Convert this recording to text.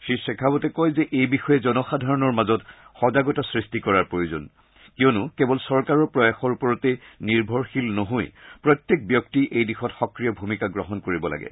শ্ৰীশেখাৱতে কয় যে এই বিষয়ে জনসাধাৰণৰ মাজত সজাগতা সৃষ্টি কৰাৰ প্ৰয়োজন কিয়নো কেৱল চৰকাৰৰ প্ৰয়াসৰ ওপৰতে নিৰ্ভৰশীল নহৈ প্ৰত্যেক ব্যক্তি এই দিশত সক্ৰিয় ভূমিকা গ্ৰহণ কৰিব লাগে